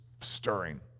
stirring